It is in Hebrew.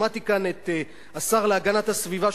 שמעתי כאן את השר להגנת הסביבה,